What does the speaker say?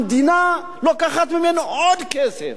המדינה לוקחת ממנו עוד כסף.